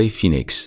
Phoenix